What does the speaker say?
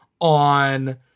on